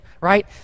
right